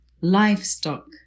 livestock